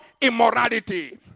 immorality